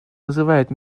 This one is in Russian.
называют